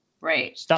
Right